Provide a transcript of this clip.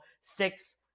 six